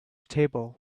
table